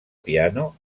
piano